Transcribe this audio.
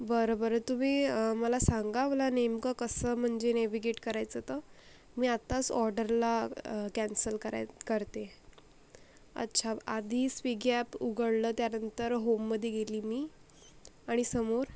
बरं बरं तुम्ही मला सांगा मला नेमकं कसं म्हणजे नेविगेट करायचं तर मी आताच ऑर्डरला कॅन्सल कराय करते अच्छा आधी स्विगी ॲप उघडलं त्यानंतर होममध्ये गेली मी आणि समोर